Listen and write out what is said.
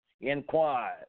inquired